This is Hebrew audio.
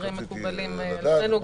ההסדרים מקובלים על שנינו.